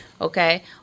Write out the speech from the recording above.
Okay